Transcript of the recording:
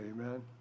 Amen